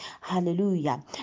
Hallelujah